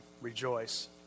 Rejoice